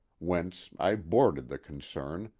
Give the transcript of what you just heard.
whence i boarded the concern,